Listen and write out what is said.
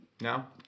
now